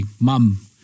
mum